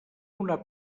una